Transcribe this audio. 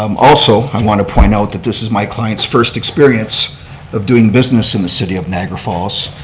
um also, i want to point out that this is my client's first experience of doing business in the city of niagara falls.